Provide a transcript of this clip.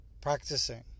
practicing